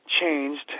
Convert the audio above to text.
Changed